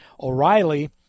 O'Reilly